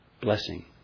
blessing